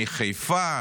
מחיפה,